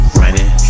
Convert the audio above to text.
running